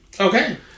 Okay